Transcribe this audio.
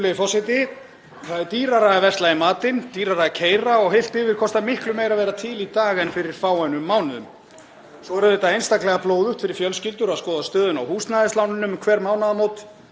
Það er dýrara að versla í matinn, dýrara að keyra og heilt yfir kostar miklu meira að vera til í dag en fyrir fáeinum mánuðum. Svo er auðvitað einstaklega blóðugt fyrir fjölskyldur að skoða stöðuna á húsnæðislánunum um hver mánaðamót.